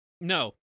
No